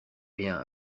rien